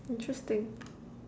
interesting